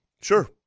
Sure